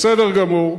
בסדר גמור.